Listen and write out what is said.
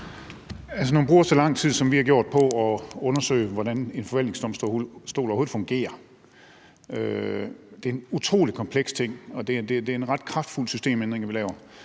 Når man bruger så lang tid, som vi har gjort, på at undersøge, hvordan en forvaltningsdomstol overhovedet fungerer – det er en utrolig kompleks ting, og det er en ret kraftfuld systemændring, vi laver